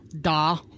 Da